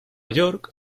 york